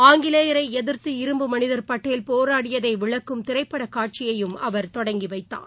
ஆங்கிலேயரைஎதிர்த்து இரும்பு மனிதர் பட்டேல் போராடியதைவிளக்கும் திரைப்படகாட்சியையும் அவர் தொடங்கிவைத்தார்